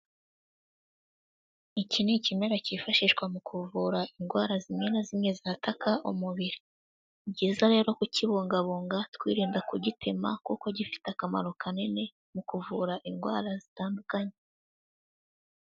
Iki ni ikimera cyifashishwa mu kuvura indwara zimwe na zimwe zataka umubiri, ni byiza rero kukibungabunga twirinda kugitema kuko gifite akamaro kanini mu kuvura indwara zitandukanye.